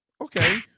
Okay